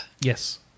Yes